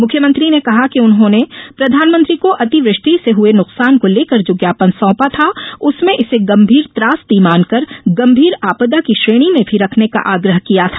मुख्यमंत्री ने कहा कि उन्होंने प्रधानमंत्री को अति वृष्टि से हुए नुकसान को लेकर जो ज्ञापन सौंपा था उसमें इसे गंभीर त्रासदी मानकर गंभीर आपदा की श्रेणी में भी रखने का आग्रह किया था